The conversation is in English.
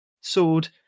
sword